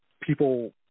people